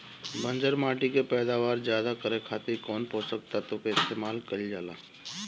बंजर माटी के पैदावार ज्यादा करे खातिर कौन पोषक तत्व के इस्तेमाल कईल जाला?